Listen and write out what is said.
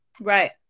Right